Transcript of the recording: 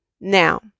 Now